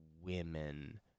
women